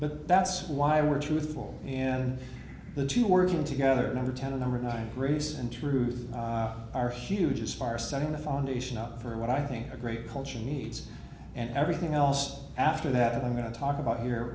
but that's why we're truthful and the two working together number ten a number one race and truth are huge is far setting the foundation up for what i think a great culture needs and everything else after that i'm going to talk about your